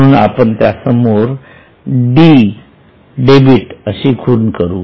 म्हणून आपण त्यासमोर डी डेबिट अशी खूण करू